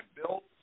built